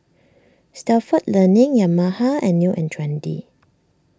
Stalford Learning Yamaha and New and Trendy